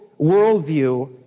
worldview